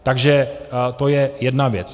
Takže to je jedna věc.